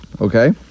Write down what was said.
okay